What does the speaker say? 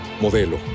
Modelo